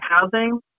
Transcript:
housing